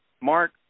Mark